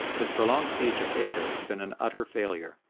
his prolonged siege of acre had been an utter failure,